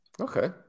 Okay